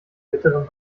bitteren